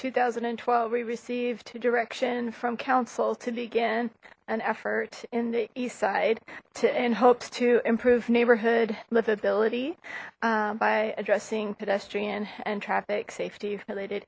two thousand and twelve we received two direction from council to begin an effort in the east side to in hopes to improve neighborhood livability by addressing pedestrian and traffic safety related